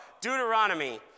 Deuteronomy